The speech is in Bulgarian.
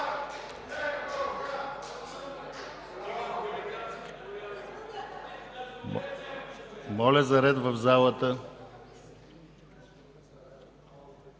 Моля за ред в залата!